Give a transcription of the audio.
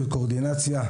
קואורדינציה,